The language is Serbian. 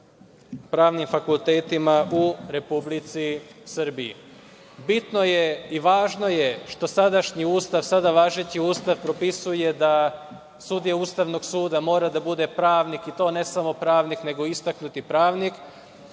pravnim fakultetima u Republici Srbiji. Bitno je i važno je što sadašnji Ustav, sada važeći Ustav propisuje da sudija Ustavnog suda mora da bude pravnik i to ne samo pravnik, nego istaknuti pravnik.